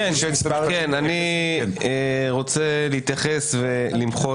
כן, אני רוצה להתייחס ולמחות.